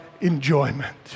enjoyment